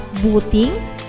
booting